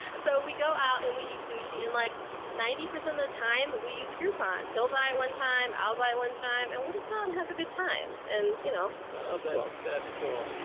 so we go out and we eat sushi and like ninety percent of the time we use a groupon. he'll buy it one time, i'll buy one time and we'll just go and have a good time. and you know, joe that's that's cool.